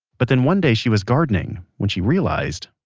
but then one day she was gardening when she realized,